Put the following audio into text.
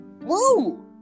Woo